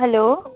hello